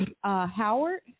Howard